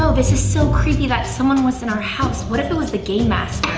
so this is so creepy that someone was in our house, what if it was the game master?